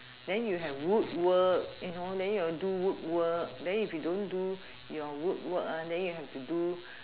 then you have wood work you know then you do wood work then if you don't do your wood work ah then you have to do